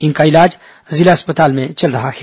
इनका इलाज जिला अस्पताल में चल रहा है